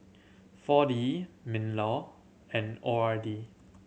Four D MinLaw and O R D